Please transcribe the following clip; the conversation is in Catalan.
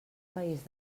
país